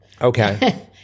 Okay